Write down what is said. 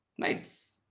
nice.